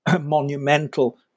monumental